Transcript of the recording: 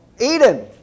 Eden